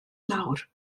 nawr